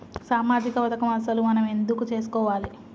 సామాజిక పథకం అసలు మనం ఎందుకు చేస్కోవాలే?